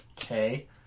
Okay